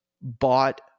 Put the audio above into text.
bought